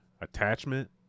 attachment